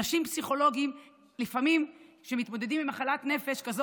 פסיכולוגים שמתמודדים עם מחלת נפש כזו